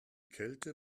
kälte